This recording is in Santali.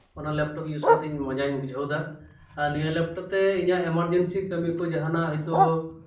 ᱚᱱᱟ ᱞᱮᱯᱴᱚᱯ ᱤᱭᱩᱡᱽ ᱠᱟᱛᱮ ᱤᱧ ᱢᱚᱡᱟᱧ ᱵᱩᱡᱷᱟᱹᱣᱮᱫᱟ ᱟᱨ ᱱᱤᱭᱟᱹ ᱞᱮᱯᱴᱚᱯ ᱛᱮ ᱤᱧᱟᱹᱜ ᱮᱢᱟᱨᱡᱮᱱᱥᱤ ᱠᱟᱹᱢᱤ ᱠᱚ ᱡᱟᱦᱟᱱᱟᱜ ᱦᱳᱭᱛᱳ